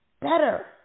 better